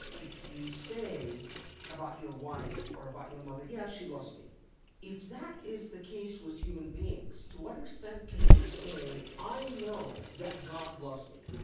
if you say about your wife or about your mother, yeah, she loves me if that is the case with human beings, to what extent can you say, i know that god loves me,